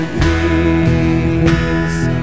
peace